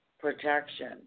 Protection